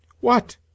What